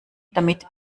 damit